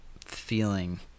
feeling